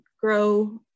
grow